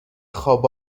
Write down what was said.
خواب